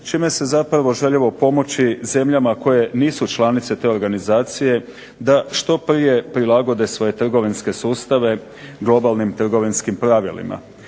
čime se željelo pomoći zemljama koje nisu članice te organizacije da što prije prilagode svoje trgovinske sustave globalnim trgovinskim pravilima.